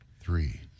Three